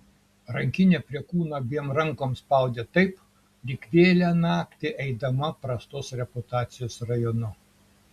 rankinę prie kūno abiem rankom spaudė taip lyg vėlią naktį eidama prastos reputacijos rajonu